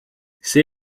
see